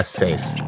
safe